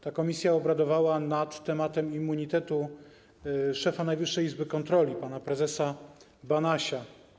Ta komisja obradowała w sprawie immunitetu szefa Najwyższej Izby Kontroli pana prezesa Banasia.